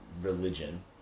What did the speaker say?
religion